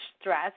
stress